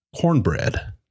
Cornbread